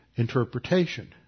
Interpretation